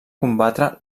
combatre